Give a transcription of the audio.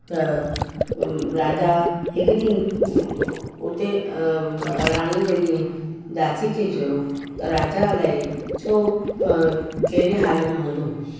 त राजा हिकु ॾींहुं उते राणी पंहिंजी दासी खे चयो त राजा अलाए छो कहिड़े हाल में हूंदो